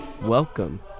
Welcome